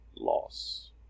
loss